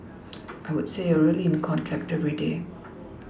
I would say you are really in contact every day